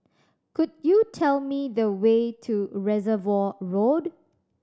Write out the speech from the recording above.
could you tell me the way to Reservoir Road